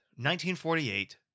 1948